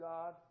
God